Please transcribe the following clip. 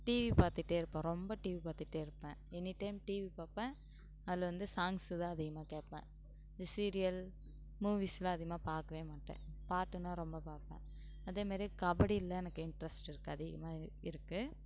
TV பார்த்துட்டே இருப்பேன் ரொம்ப டிவி பார்த்துட்டே இருப்பேன் எனி டைம் டிவி பார்ப்பேன் அதில் வந்து சாங்ஸ்ஸு தான் அதிகமாக கேட்பேன் இந்த சீரியல் மூவீஸ்லாம் அதிகமாக பார்க்கவே மாட்டேன் பாட்டுனால் ரொம்ப பார்ப்பேன் அதே மாதிரி கபடியில் எனக்கு இன்ட்ரெஸ்ட் இருக்குது அதிகமாக இரு இருக்குது